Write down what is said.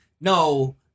no